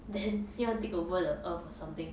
then he want to take over the earth or something